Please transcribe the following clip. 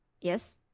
Yes